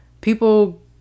people